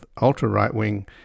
ultra-right-wing